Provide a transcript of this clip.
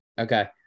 Okay